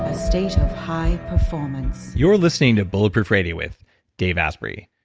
a state of high performance you're listening to bulletproof radio, with dave asprey.